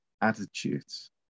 attitudes